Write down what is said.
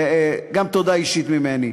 וגם תודה אישית ממני.